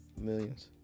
Millions